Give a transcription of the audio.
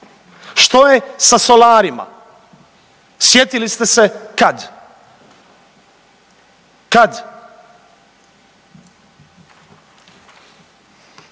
Što je sa solarima? Sjetili ste se kad? Kad?